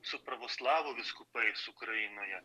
su pravoslavų vyskupais ukrainoje